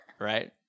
right